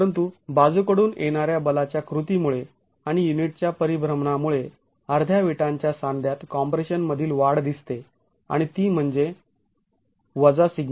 परंतु बाजूकडून येणाऱ्या बलाच्या कृतीमुळे आणि युनिटच्या परिभ्रमणामुळे अर्ध्या विटांच्या सांध्यांत कॉम्प्रेशन मधील वाढ दिसते आणि ती म्हणजे σa